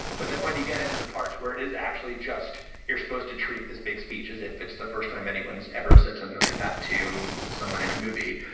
but then when you get into the parts where it is actually just you're supposed to treat this big speech as if it's the first time anyone's ever said something like that to someone in a movie,